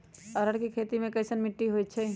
अरहर के खेती मे कैसन मिट्टी होइ?